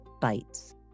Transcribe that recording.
Bites